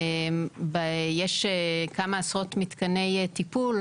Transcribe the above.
יש כמה עשרות מתקני טיפול,